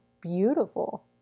beautiful